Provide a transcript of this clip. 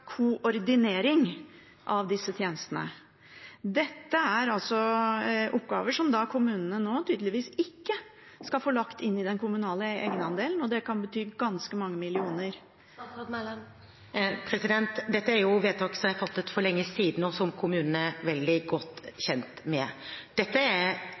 koordinering av disse tjenestene. Dette er oppgaver som kommunene nå tydeligvis ikke skal få lagt inn i den kommunale egenandelen, og det kan bety ganske mange millioner. Dette er jo vedtak som er fattet for lenge siden, og som kommunene er veldig godt kjent med. Dette er